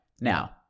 now